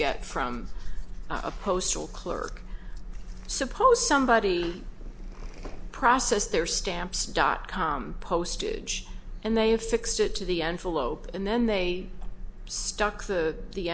get from a postal clerk suppose somebody processed their stamps dot com postage and they have fixed it to the envelope and then they stuck the the